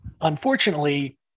Unfortunately